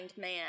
man